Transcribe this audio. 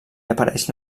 apareix